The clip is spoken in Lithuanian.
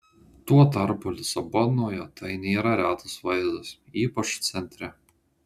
tuo tarpu lisabonoje tai nėra retas vaizdas ypač centre